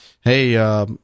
hey